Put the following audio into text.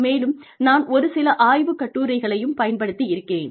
மேலும் நான் ஒரு சில ஆய்வுக் கட்டுரைகளையும் பயன்படுத்தி இருக்கிறேன்